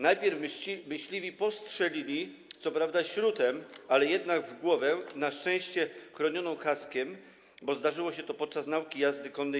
Najpierw myśliwi postrzelili dziecko, co prawda śrutem, ale jednak, w głowę, na szczęście chronioną kaskiem, bo zdarzyło się to podczas nauki jazdy konnej.